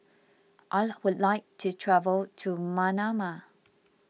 I would like to travel to Manama